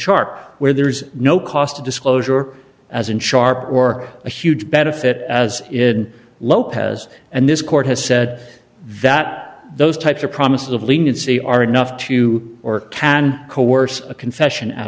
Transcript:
sharp where there's no cost of disclosure as in sharp or a huge benefit as in lopez and this court has said that those types of promises of leniency are enough to or coerce a confession out